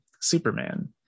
Superman